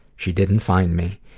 she didn't find me.